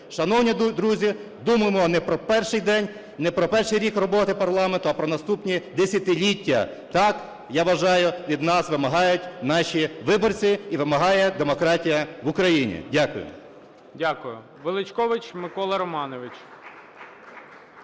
Шановні друзі, думаймо не про перший день, не про перший рік роботи парламенту, а про наступні десятиліття. Так, я вважаю, від нас вимагають наші виборці і вимагає демократія в Україні. Дякую.